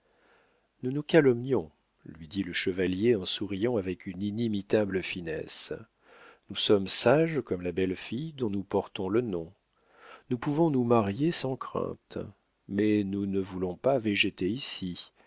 nous nous calomnions lui dit le chevalier en souriant avec une inimitable finesse nous sommes sage comme la belle fille dont nous portons le nom nous pouvons nous marier sans crainte mais nous ne voulons pas végéter ici